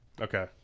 okay